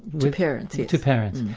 to parents. yeah to parents.